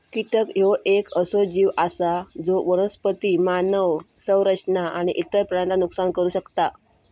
कीटक ह्यो येक असो जीव आसा जो वनस्पती, मानव संरचना आणि इतर प्राण्यांचा नुकसान करू शकता